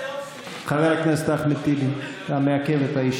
או כפי שאתה תִּמְצַתָּ את זה בדרך הכי